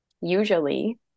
usually